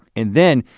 and then,